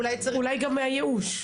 אולי גם מהייאוש.